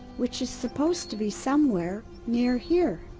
which is supposed to be somewhere near here.